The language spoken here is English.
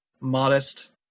modest